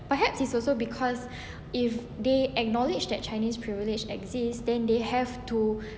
perhaps it's also because if they acknowledge that chinese privilege exist then they have to